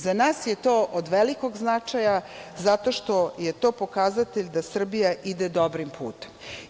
Za nas je to od velikog značaja, zato što je to pokazatelj da Srbija ide dobrim putem.